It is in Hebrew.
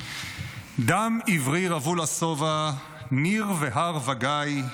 "דם עברי רוו לשובע, ניר והר וגיא,